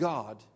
God